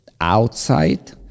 outside